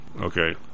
okay